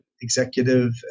executive